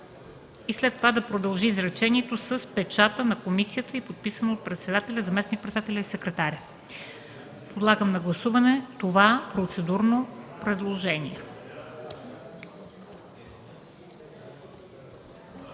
и след това да продължи изречението „с печата на комисията и подписано от председателя, заместник-председателя и секретаря”. Подлагам на гласуване предложението